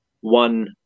one